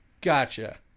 Gotcha